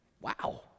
Wow